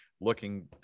looking